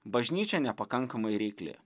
bažnyčia nepakankamai reikli